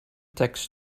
tekst